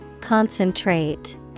Concentrate